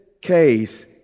case